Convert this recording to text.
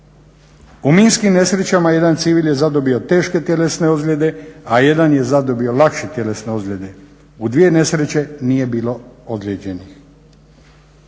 U minskim nesrećama jedan civil je zadobio teške tjelesne ozljede, a jedan je zadobio lakše tjelesne ozljede. U dvije nesreće nije bilo ozlijeđenih.